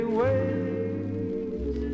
ways